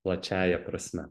plačiąja prasme